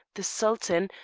the sultan,